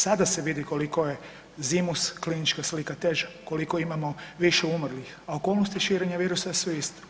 Sada se vidi koliko je zimus klinička slika teža, koliko imamo više umrlih, a okolnosti širenja virusa su iste.